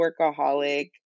workaholic